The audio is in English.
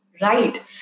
right